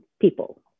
people